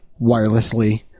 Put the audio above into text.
wirelessly